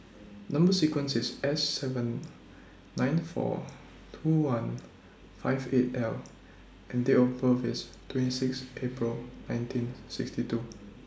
Number sequence IS S seven nine four two one five eight L and Date of birth IS twenty six April nineteen sixty two